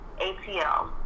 ATL